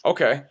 Okay